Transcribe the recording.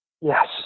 Yes